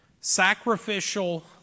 Sacrificial